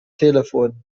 telefon